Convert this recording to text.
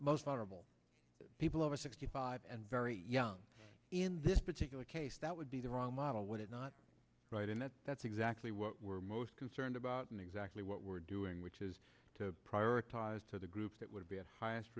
most vulnerable people over sixty five and very young in this particular case that would be the wrong model would it not right and that that's exactly what we're most concerned about and exactly what we're doing which is to prioritize to the groups that would be at highest